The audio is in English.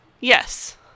Yes